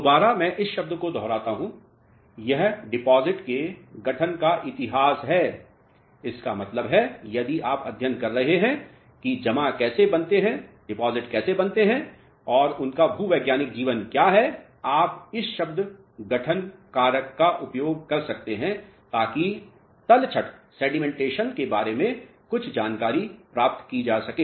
दोबारा मैं इस शब्द को दोहराता हूं यह डिपोसिट के गठन का इतिहास है इसका मतलब है यदि आप अध्ययन कर रहे हैं कि डिपोसिट कैसे बनते हैं और उनका भूवैज्ञानिक जीवन क्या है आप इस शब्द गठन कारक का उपयोग कर सकते हैं ताकि तलछट के बारे में कुछ जानकारी प्राप्त की जा सके